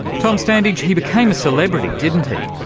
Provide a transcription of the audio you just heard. tom standage, he became a celebrity, didn't he,